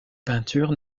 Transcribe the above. peintures